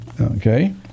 Okay